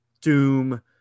doom